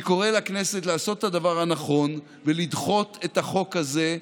אני קורא לכנסת לעשות את הדבר הנכון ולדחות את החוק הזה,